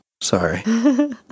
sorry